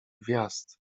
gwiazd